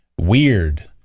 weird